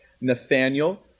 Nathaniel